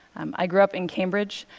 um i grew up in cambridge,